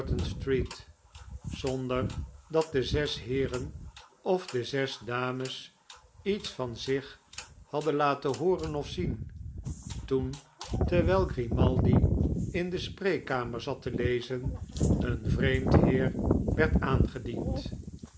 zonder dat de zes heeren of de zes dames iets van zich hadden laten hooren of zien toen terwijl grimaldi in de spreekkamer zat te lezen een vreemd heer werd aangediend